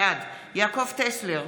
בעד יעקב טסלר,